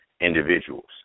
individuals